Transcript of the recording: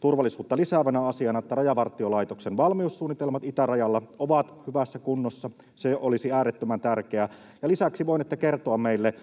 turvallisuutta lisäävänä asiana, että Rajavartiolaitoksen valmiussuunnitelmat itärajalla ovat hyvässä kunnossa. Se olisi äärettömän tärkeää. Ja lisäksi: voinette kertoa meille